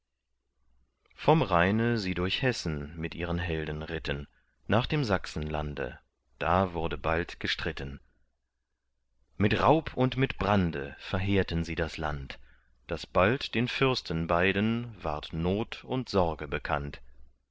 vom rheine sie durch hessen mit ihren helden ritten nach dem sachsenlande da wurde bald gestritten mit raub und mit brande verheerten sie das land daß bald den fürsten beiden ward not und sorge bekannt